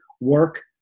work